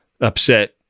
upset